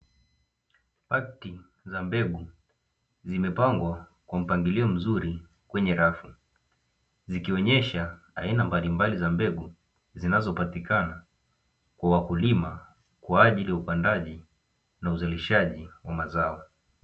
Pakiti za mbegu zimepangwa kwa mpangilio mzuri kwenye rafu, zikionyesha aina mbalimbali za mbegu zinazopatikana kwa wakulima kwa ajili ya upandaji na uzalishaji wa mazao.